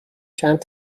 چند